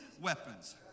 weapons